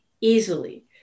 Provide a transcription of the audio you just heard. easily